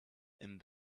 and